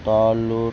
రాళ్ళురు